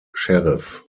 sheriff